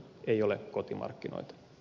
ei ole kotimarkkinoita